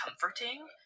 comforting